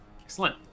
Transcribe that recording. Excellent